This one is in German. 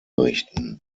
richten